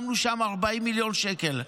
שמנו שם 40 מיליון שקל.